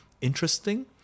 interesting